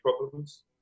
problems